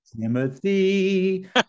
Timothy